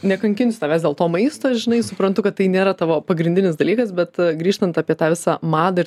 nekankinsiu tavęs dėl to maisto žinai suprantu kad tai nėra tavo pagrindinis dalykas bet grįžtant apie tą visą madą ir